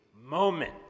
moment